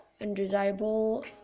undesirable